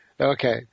Okay